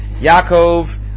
Yaakov